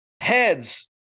heads